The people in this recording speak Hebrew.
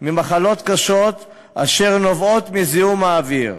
ממחלות קשות אשר נובעות מזיהום האוויר.